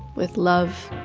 with love,